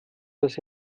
das